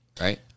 Right